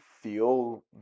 feel